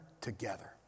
together